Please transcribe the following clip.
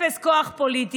אפס כוח פוליטי,